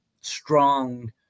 strong